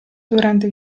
durante